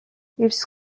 its